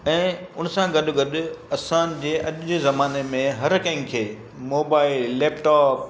ऐं उन सां गॾु गॾु असांजे अॼु जे ज़माने में हर कंहिंखें मोबाइल लैपटॉप